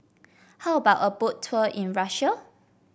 how about a Boat Tour in Russia